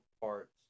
parts